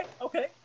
okay